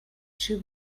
shoe